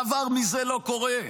דבר מזה לא קורה.